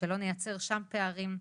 על מנת שלא נייצר שם פערים.